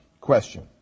question